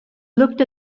looked